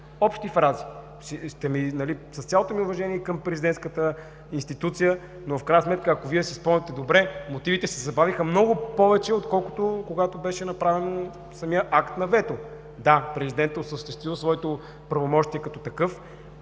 общи фрази. С цялото ми уважение към президентската институция, в крайна сметка Вие си спомняте добре, мотивите се забавиха много повече, отколкото когато беше направен самия акт на вето. Да, президентът е осъществил своето правомощие като такъв